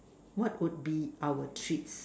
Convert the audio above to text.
what would be our treats